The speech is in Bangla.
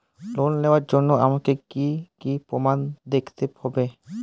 লোন নেওয়ার জন্য আমাকে কী কী প্রমাণ দেখতে হবে?